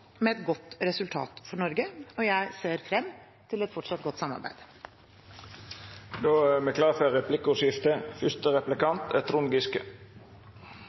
med et godt resultat for Norge. Jeg ser frem til et fortsatt godt samarbeid. Det vert replikkordskifte.